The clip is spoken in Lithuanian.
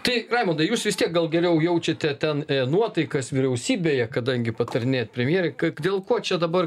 tai raimondai jūs vis tiek gal geriau jaučiate ten nuotaikas vyriausybėje kadangi patarinėjat premjerei ka dėl ko čia dabar